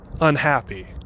unhappy